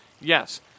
Yes